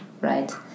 right